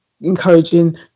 encouraging